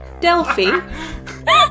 Delphi